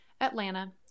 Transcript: Atlanta